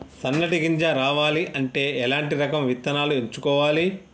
సన్నటి గింజ రావాలి అంటే ఎలాంటి రకం విత్తనాలు ఎంచుకోవాలి?